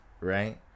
right